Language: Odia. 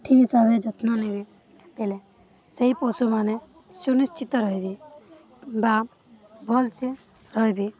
ଠିକ୍ ହିସାବରେ ଯତ୍ନ ନେବେ ହେଲେ ସେହି ପଶୁମାନେ ସୁନିଶ୍ଚିତ ରହିବେ ବା ଭଲ୍ସେ ରହିବେ